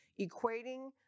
equating